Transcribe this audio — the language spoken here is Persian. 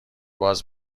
باز